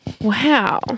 wow